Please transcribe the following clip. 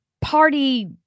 party